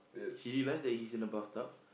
he realize that he's in the bathtub